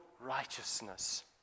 righteousness